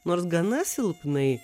nors gana silpnai